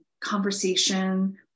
conversation